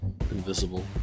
invisible